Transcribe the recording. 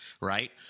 right